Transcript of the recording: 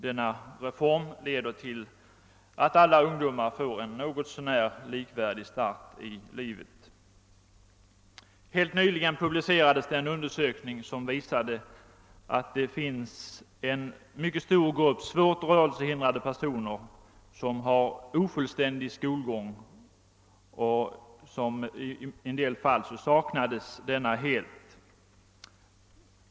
Denna reform leder till att alla ungdomar får en något så när likvärdig start i livet. Helt nyligen publicerades det en undersökning som visade att det finns en mycket stor grupp svårt rörelsehindrade personer som har ofullständig skolgång — i en del fall saknades skolgång helt.